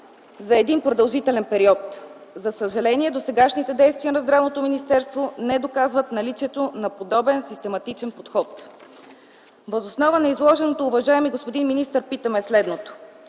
за един продължителен период. За съжаление, досегашните действия на Здравното министерство не доказват наличието на подобен систематичен подход. Въз основа на изложеното, уважаеми господин министър, питаме следното: